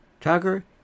Tucker